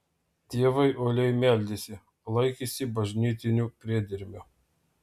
tėvai uoliai meldėsi laikėsi bažnytinių priedermių